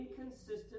inconsistent